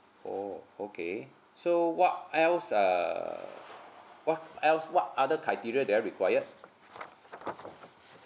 oh okay so what else uh what else what other criteria that I required